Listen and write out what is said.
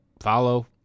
Follow